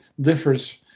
differs